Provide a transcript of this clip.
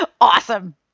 Awesome